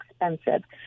expensive